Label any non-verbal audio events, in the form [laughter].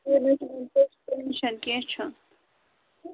[unintelligible] کیٚنٛہہ چھُنہٕ